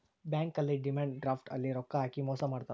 bank ಅಲ್ಲಿ demand draft ಅಲ್ಲಿ ರೊಕ್ಕ ಹಾಕಿ ಮೋಸ ಮಾಡ್ತಾರ